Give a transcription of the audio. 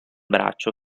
braccio